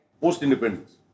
Post-independence